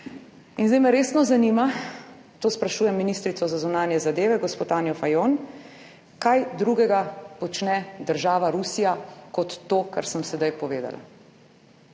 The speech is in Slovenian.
in zdaj me resno zanima, to sprašujem ministrico za zunanje zadeve, gospo Anjo Fajon, kaj drugega počne država Rusija kot to, kar sem sedaj povedala.